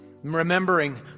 Remembering